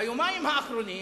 ביומיים האחרונים